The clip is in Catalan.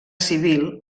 civil